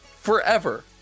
Forever